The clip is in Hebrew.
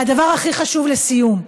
והדבר הכי חשוב, לסיום,